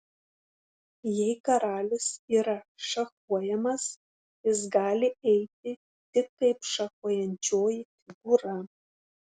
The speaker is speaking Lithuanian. jei karalius yra šachuojamas jis gali eiti tik kaip šachuojančioji figūra